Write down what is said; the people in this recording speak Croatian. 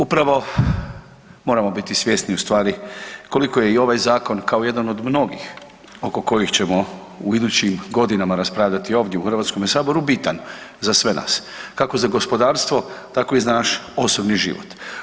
Upravo moramo biti ustvari koliko je ovaj Zakon, kao jedan od mnogih oko kojih ćemo u idućim godinama raspravljati ovdje u HS-u bitan za sve nas, kako za gospodarstvo, tako i za naš osobni život.